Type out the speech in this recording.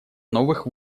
новых